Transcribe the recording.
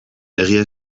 egia